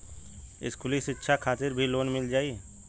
इस्कुली शिक्षा खातिर भी लोन मिल जाई?